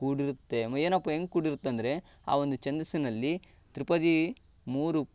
ಕೂಡಿರುತ್ತೆ ಏನಪ್ಪ ಹೆಂಗೆ ಕೂಡಿರುತ್ತೆ ಅಂದರೆ ಆ ಒಂದು ಛಂದಸ್ಸಿನಲ್ಲಿ ತ್ರಿಪದಿ ಮೂರು